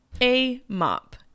A-MOP